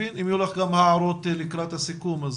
אם יהיו לך הערות לקראת הסיכום.